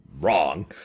wrong